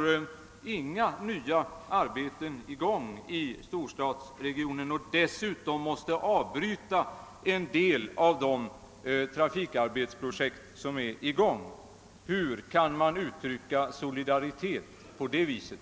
medför att vi inte kan starta några nya arbeten i storstadsregionen samt tvingas avbryta en del av de trafikprojekt som redan är igångsatta. Hur kan man uttrycka solidaritet på det sättet?